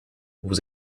vous